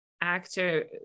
actor